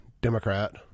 Democrat